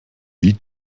wie